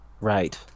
right